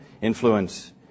influence